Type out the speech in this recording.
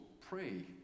pray